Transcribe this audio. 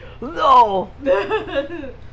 no